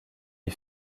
les